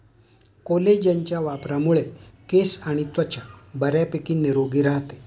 कोलेजनच्या वापरामुळे केस आणि त्वचा बऱ्यापैकी निरोगी राहते